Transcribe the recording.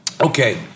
okay